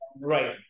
right